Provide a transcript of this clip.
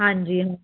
ਹਾਂਜੀ